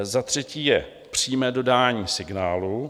Za třetí, přímé dodání signálu.